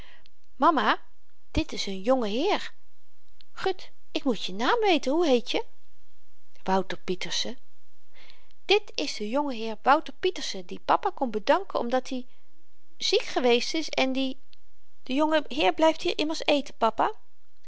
mama dit is n jonge heer gut ik moet je naam weten hoe heet je wouter pieterse dit is de jongeheer wouter pieterse die papa komt bedanken omdat i ziek geweest is en die de jonge heer blyft hier immers eten papa